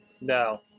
No